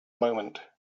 moment